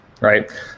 right